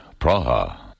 Praha